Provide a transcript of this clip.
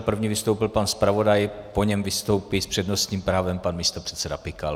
První vystoupil pan zpravodaj, po něm vystoupí s přednostním právem pan místopředseda Pikal.